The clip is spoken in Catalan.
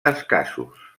escassos